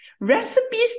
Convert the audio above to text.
recipes